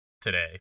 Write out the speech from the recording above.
today